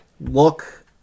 look